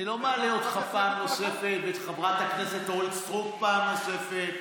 אני לא מעלה אותך ואת חברת הכנסת אורית סטרוק פעם נוספת.